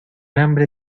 hambre